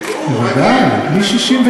אבל לפני זה ביקר ביקור רגיל.